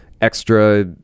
extra